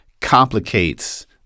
complicates